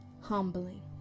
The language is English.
humbling